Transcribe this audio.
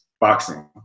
boxing